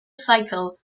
cycle